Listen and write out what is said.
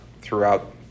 throughout